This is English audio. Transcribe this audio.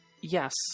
yes